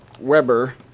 Weber